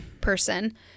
person